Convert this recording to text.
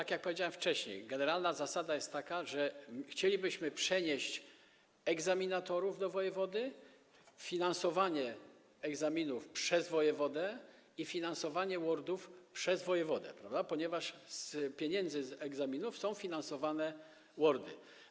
Tak jak powiedziałem wcześniej, generalna zasada jest taka, że chcielibyśmy przenieść egzaminatorów do wojewody, żeby było finansowanie egzaminów przez wojewodę i finansowanie WORD-ów przez wojewodę, ponieważ z pieniędzy z egzaminów są finansowane WORD-y.